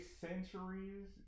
centuries